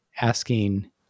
Asking